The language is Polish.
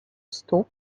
stóp